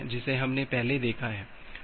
जिसे हमने पहले देखा है